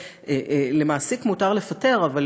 למעסיק מותר לפטר עובד,